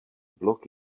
blok